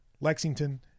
Lexington